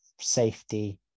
safety